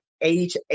age